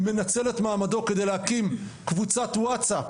מנצל את מעמדו כדי להקים קבוצת וואטסאפ